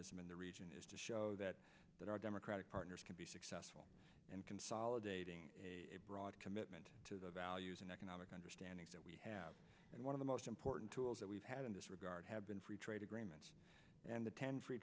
in the region is to show that that our democratic partners can be successful and consolidating a broad commitment to the values and economic understanding that we have and one of the most important tools that we've had in this regard have been free trade agreements and the ten free